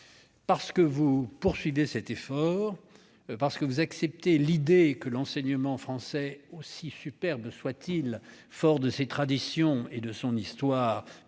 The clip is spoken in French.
Parce que vous poursuivez cet effort et acceptez l'idée que l'enseignement français, aussi superbe et fort de ses traditions et de son histoire